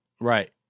Right